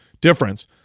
difference